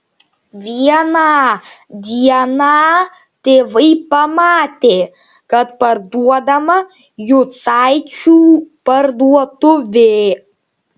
vieną dieną tėvai pamatė kad parduodama jucaičių parduotuvė